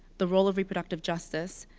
the role of reproductive justice,